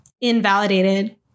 invalidated